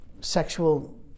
sexual